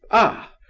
ah!